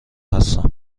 هستم